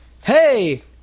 hey